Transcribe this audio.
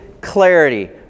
clarity